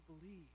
believe